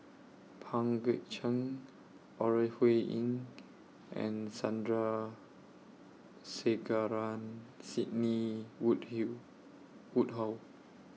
Pang Guek Cheng Ore Huiying and Sandrasegaran Sidney Wood Hill Woodhull